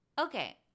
Okay